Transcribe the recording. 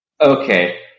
okay